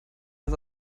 als